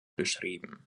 beschrieben